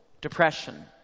depression